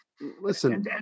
listen